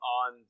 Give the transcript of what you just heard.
on